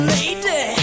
Lady